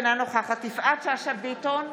אינה נוכחת יפעת שאשא ביטון,